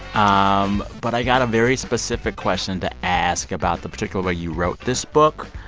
um but i've got a very specific question to ask about the particular way you wrote this book.